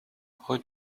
route